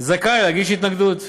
זכאי להגיש התנגדות.